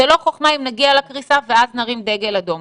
זה לא חכמה אם נגיע לקריסה, ואז נרים דגל אדום.